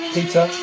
Peter